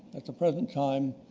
at the present time,